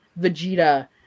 Vegeta